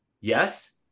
Yes